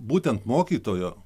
būtent mokytojo